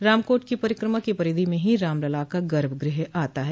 रामकोट की परिक्रमा की परिधि में ही रामलला का गर्भगृह आता है